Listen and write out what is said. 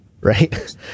right